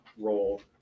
Role